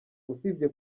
usibye